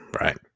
right